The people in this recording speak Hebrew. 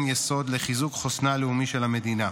יסוד בחיזוק חוסנה הלאומי של המדינה.